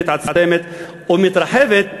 ומתעצמת ומתרחבת,